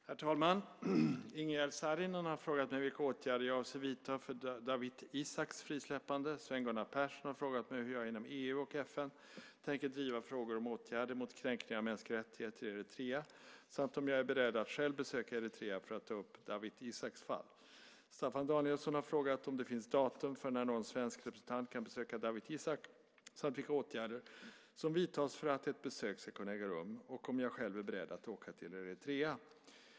Herr talman! Ingegerd Saarinen har frågat mig vilka åtgärder jag avser att vidta för Dawit Isaaks frisläppande. Sven Gunnar Persson har frågat mig hur jag inom EU och FN tänker driva frågor om åtgärder mot kränkningar av mänskliga rättigheter i Eritrea samt om jag är beredd att själv besöka Eritrea för att ta upp Dawit Isaaks fall. Staffan Danielsson har frågat om det finns datum för när någon svensk representant kan besöka Dawit Isaak samt vilka åtgärder som vidtas för att ett besök ska kunna äga rum och om jag själv är beredd att åka till Eritrea.